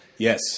Yes